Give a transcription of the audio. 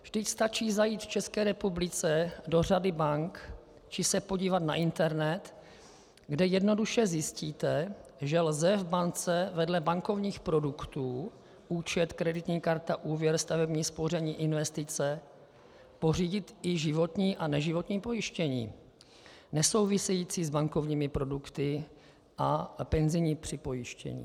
Vždyť stačí zajít v České republice do řady bank či se podívat na internet, kde jednoduše zjistíte, že lze v bance vedle bankovních produktů účet, kreditní karta, úvěr, stavební spoření, investice pořídit i životní a neživotní pojištění, nesouvisející s bankovními produkty, a penzijní připojištění.